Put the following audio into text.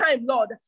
Lord